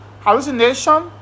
hallucination